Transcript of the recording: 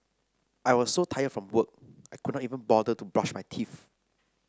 I was so tired from work I could not even bother to brush my teeth